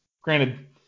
Granted